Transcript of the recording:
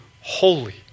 holy